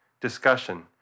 discussion